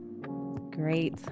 Great